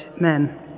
men